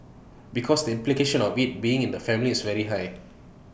because the implication of being being in the family is very high